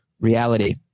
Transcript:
reality